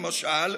למשל,